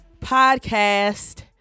podcast